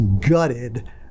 gutted